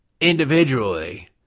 individually